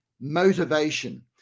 motivation